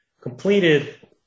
completed